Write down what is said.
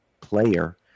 player